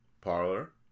parlor